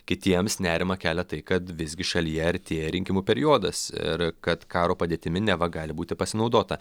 kitiems nerimą kelia tai kad visgi šalyje artėja rinkimų periodas ir kad karo padėtimi neva gali būti pasinaudota